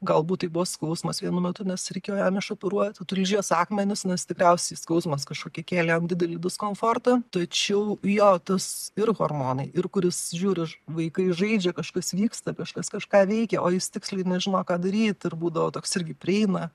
galbūt tai buvo skausmas vienu metu nes reikėjo jam išoperuoti tulžies akmenis nes tikriausiai skausmas kažkokį kėlė jam didelį diskomfortą tačiau jo tas ir hormonai ir kur jis žiūri vaikai žaidžia kažkas vyksta kažkas kažką veikia o jis tiksliai nežino ką daryt ir būdavo toks irgi prieina